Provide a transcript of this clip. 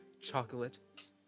chocolate